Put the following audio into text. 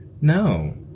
No